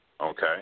Okay